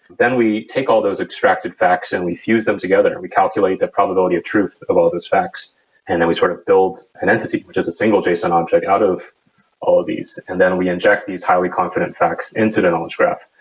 then we take all those extracted facts and we fuse them together and we calculate the probability of truth of all those facts and then we sort of build an entity, which is a single json object out of all these. and then we inject these highly confident facts into the knowledge graph.